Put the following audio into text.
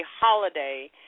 holiday